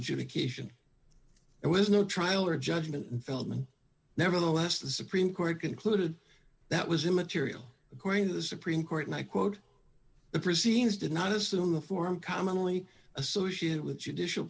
adjudication it was no trial or judgment in feldman nevertheless the supreme court concluded that was immaterial according to the supreme court and i quote the proceedings did not assume the form commonly associated with judicial